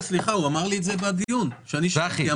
סליחה, הוא אמר לי את זה בדיון כשאני שאלתי.